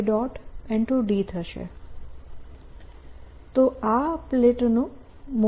તો આ પ્લેટોનું મોમેન્ટમ છે